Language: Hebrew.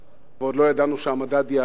ועוד לא ידענו שהמדד יעלה,